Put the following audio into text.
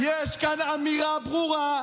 יש כאן אמירה ברורה,